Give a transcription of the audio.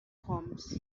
proms